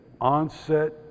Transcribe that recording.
onset